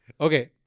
Okay